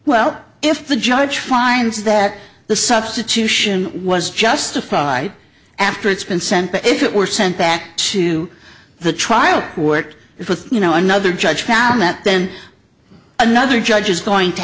well if the judge finds that the substitution was justified after it's been sent but if it were sent back to the trial court it with you know another judge found that then another judge is going to